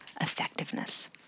effectiveness